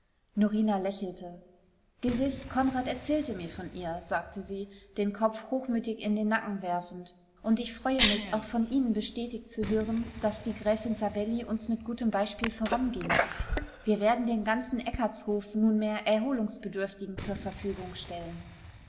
norina lächelte gewiß konrad erzählte mir von ihr sagte sie den kopf hochmütig in den nacken werfend und ich freue mich auch von ihnen bestätigt zu hören daß die gräfin savelli uns mit gutem beispiel voranging wir werden den ganzen eckartshof nunmehr erholungsbedürftigen zur verfügung stellen